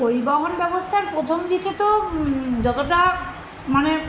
পরিবহন ব্যবস্থার প্রথম দিকে তো যতটা মানে